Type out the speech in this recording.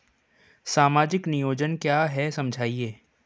सामाजिक नियोजन क्या है समझाइए?